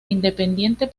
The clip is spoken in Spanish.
independiente